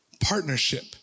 Partnership